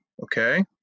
Okay